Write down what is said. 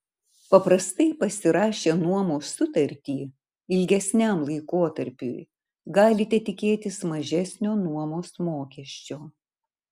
paprastai pasirašę nuomos sutartį ilgesniam laikotarpiui galite tikėtis mažesnio nuomos mokesčio